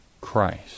Christ